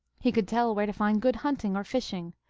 he could tell where to find good hunt ing or fishing.